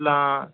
అట్లా